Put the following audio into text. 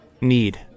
need